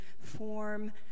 form